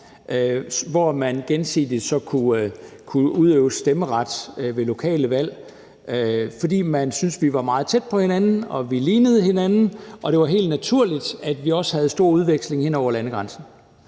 hvor man gensidigt så kunne udøve stemmeret ved lokale valg, fordi man syntes, at vi var meget tæt på hinanden, at vi lignede hinanden, og at det var helt naturligt, at vi også havde stor udveksling hen over landegrænserne.